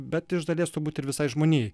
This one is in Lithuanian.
bet iš dalies turbūt ir visai žmonijai